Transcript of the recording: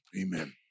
Amen